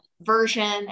version